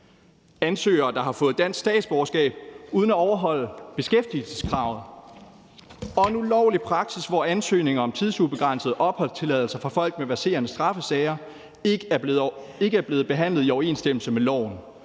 ansøgere, der har fået dansk statsborgerskab uden at overholde beskæftigelseskravet; og der er en ulovlig praksis, hvor ansøgninger om tidsubegrænsede opholdstilladelser for folk med verserende straffesager ikke er blevet behandlet i overensstemmelse med loven.